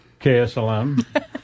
KSLM